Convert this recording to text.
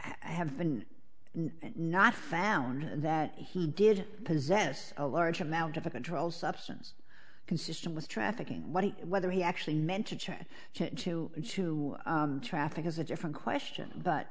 have been not found that he did possess a large amount of a controlled substance consistent with trafficking whether he actually meant to try to traffic is a different question but